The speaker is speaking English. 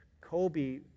Kobe